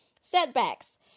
Setbacks